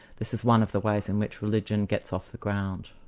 this is one of the ways in which religion gets off the ground.